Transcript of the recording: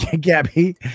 Gabby